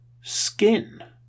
skin